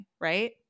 right